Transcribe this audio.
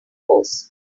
pose